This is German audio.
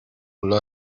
ulla